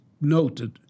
noted